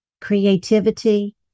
creativity